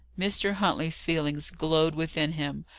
mr. huntley's feelings glowed within him.